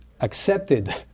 accepted